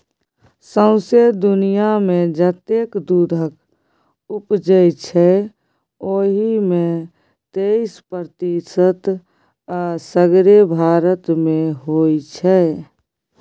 सौंसे दुनियाँमे जतेक दुधक उपजै छै ओहि मे तैइस प्रतिशत असगरे भारत मे होइ छै